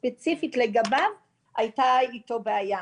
ספציפית לגביו, הייתה איתו בעיה.